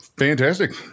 Fantastic